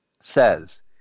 says